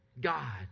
God